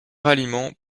ralliement